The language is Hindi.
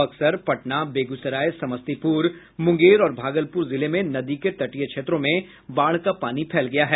बक्सर पटना बेगूसराय समस्तीपुर मुंगेर और भागलपुर जिले में नदी के तटीय क्षेत्रों में बाढ़ का पानी फैल गया है